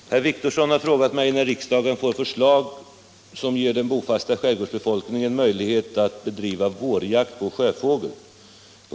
Herr talman! Herr Wictorsson har frågat mig när riksdagen får förslag som ger den bofasta skärgårdsbefolkningen möjlighet att bedriva vårjakt på sjöfågel.